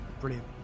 Brilliant